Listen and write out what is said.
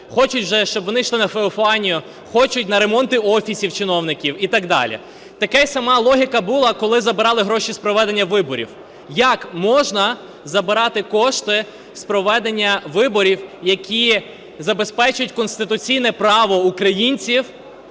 Хочуть вже, щоб вони ішли на Феофанію, хочуть на ремонти офісів чиновників і так далі. Така сама логіка була, коли забирали гроші з проведення виборів. Як можна забирати кошти з проведення виборів, які забезпечать конституційне право українців